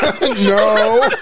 No